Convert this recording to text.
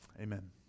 amen